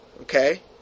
Okay